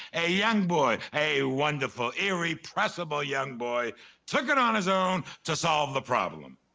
a young boy, a wonderful, irrepressible young boy took it on his own to solve the problem.